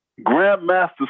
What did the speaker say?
Grandmaster